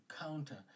counter